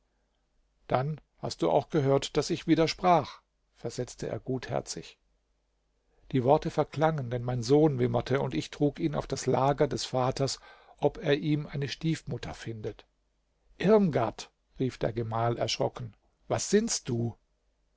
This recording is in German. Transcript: dann hast du auch gehört daß ich widersprach versetzte er gutherzig die worte verklangen denn mein sohn wimmerte und ich trug ihn auf das lager des vaters ob er ihm eine stiefmutter findet irmgard rief der gemahl erschrocken was sinnst du